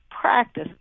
practice